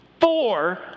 Four